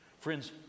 Friends